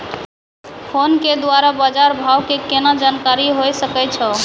Phone के द्वारा बाज़ार भाव के केना जानकारी होय सकै छौ?